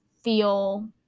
feel